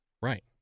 Right